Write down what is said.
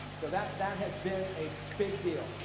so, that that has been a big deal.